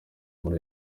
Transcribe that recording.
muri